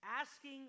Asking